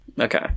okay